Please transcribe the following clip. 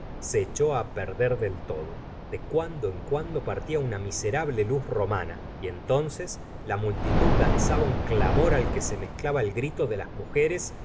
se echó perder del todo de cuando en cuando partía una miserable luz romana y entonces la multitud lanzaba un clamor al que se mezclaba el grito de las mujeres